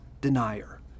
denier